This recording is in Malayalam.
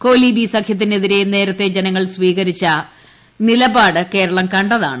കോലീബി സഖ്യത്തിനെതിരെ നേരത്തെ ജനങ്ങൾ സ്വീകരിച്ച നിലപാട് കേരളം ക താണ്